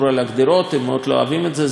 הם מאוד לא אוהבים את זה, זה עולה הרבה כסף,